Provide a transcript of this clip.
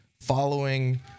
following